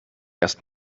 erst